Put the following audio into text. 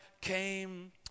came